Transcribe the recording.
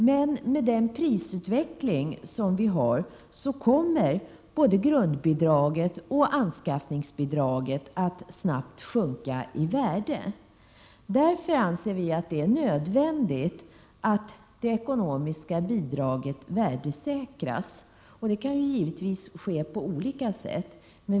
Men med den prisutveckling vi har kommer både grundbidraget och anskaffningsbidraget att snabbt sjunka i värde. Därför anser vi att det är nödvändigt att det ekonomiska bidraget värdesäkras. Det kan givetvis ske på olika sätt.